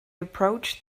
approached